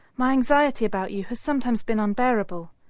my anxiety about you has sometimes been unbearable.